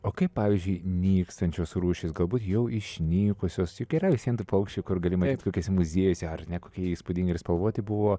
o kaip pavyzdžiui nykstančios rūšys galbūt jau išnykusios juk yra vis vien tų paukščių kur gali matyt kokiuose muziejuose ar ne kokie jie įspūdingi ir spalvoti buvo